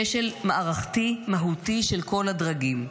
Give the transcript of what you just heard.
כשל מערכתי מהותי של כל הדרגים.